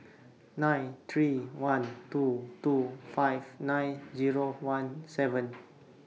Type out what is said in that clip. nine three one two two five nine Zero one seven